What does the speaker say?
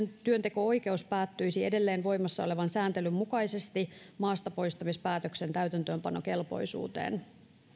työnteko oikeus päättyisi edelleen voimassa olevan sääntelyn mukaisesti maastapoistamispäätöksen täytäntöönpanokelpoisuuteen